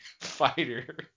fighter